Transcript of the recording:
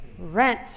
Rent